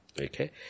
Okay